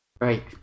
Right